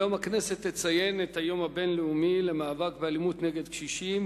היום הכנסת תציין את היום הבין-לאומי למאבק באלימות נגד קשישים.